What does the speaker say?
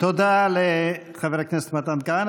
תודה לחבר הכנסת מתן כהנא.